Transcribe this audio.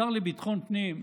השר לביטחון פנים אומר: